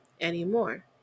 anymore